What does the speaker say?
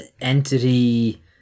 entity